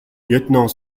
lieutenant